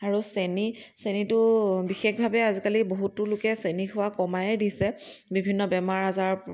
আৰু চেনী চেনীটো বিশেষভাৱে আজিকালি বহুতো লোকে চেনী খোৱা কমায়েই দিছে বিভিন্ন বেমাৰ আজাৰ